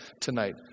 tonight